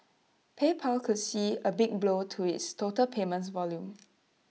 PayPal could see A big blow to its total payments volume